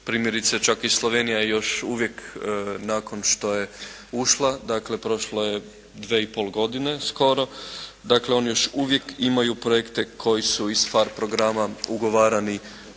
Primjerice čak i Slovenija još uvijek nakon što je ušla, dakle prošlo je dvije i pol godine skoro, dakle oni još uvijek imaju projekte koji su iz PHARE programa ugovarani